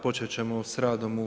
Počet ćemo s radom u